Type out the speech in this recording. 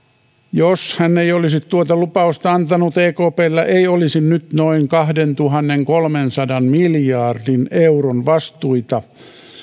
jos hän ei olisi tuota lupausta antanut ekpllä ei olisi nyt noin kahdentuhannenkolmensadan miljardin euron vastuita